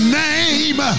name